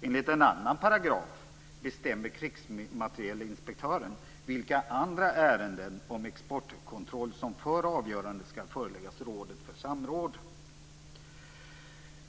Enligt en annan paragraf bestämmer krigsmaterielinspektören vilka andra ärenden om exportkontroll som före avgörandet skall föreläggas rådet för samråd.